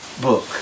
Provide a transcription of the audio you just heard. book